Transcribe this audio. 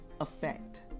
effect